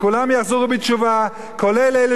כולל אלה שקראו לנו פה היום משתמטים.